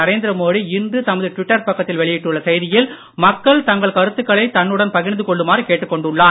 நரேந்திர மோடி இன்று தமது ட்விட்டர் பக்கத்தில் வெளியிட்டுள்ள செய்தியில் மக்கள் தங்கள் தன்னுடன் பகிர்ந்து கொள்ளுமாறு கேட்டுக் கருத்துக்களை கொண்டுள்ளார்